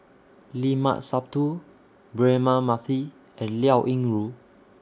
Limat Sabtu Braema Mathi and Liao Yingru